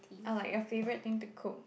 or like your favourite thing to cook